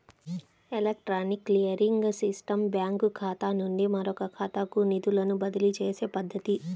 electronic clearing system బ్యాంకుఖాతా నుండి మరొకఖాతాకు నిధులను బదిలీచేసే పద్ధతి